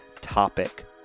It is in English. topic